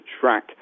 track